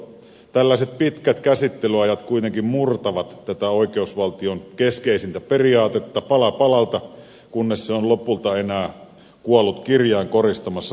tällaiset pitkät käsittelyajat kuitenkin murtavat tätä oikeusvaltion keskeisintä periaatetta pala palalta kunnes se on lopulta enää kuollut kirjain koristamassa perustuslakimme rivejä